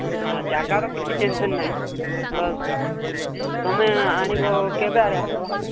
ନା ଜାଗାର କିଛି ଟେନସନ୍ ନାହିଁ ବାସ୍ ତମେ ଆଣିବ କେବେ ଆରେ ଆସିବ